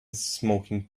smoking